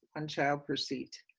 one child per seat,